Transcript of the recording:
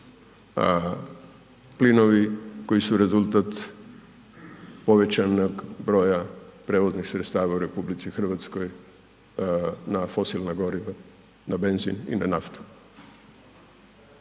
plinovi koji su rezultat povećanog broja prijevoznih sredstava u RH na fosilna goriva, na benzin i na naftu.